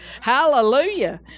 Hallelujah